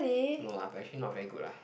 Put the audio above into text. no lah apparently not very good lah